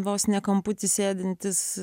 vos ne kamputyje sėdintis